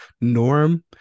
Norm